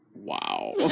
Wow